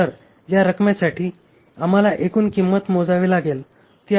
तर या रकमेसाठी आम्हाला एकूण किंमत मोजावी लागेल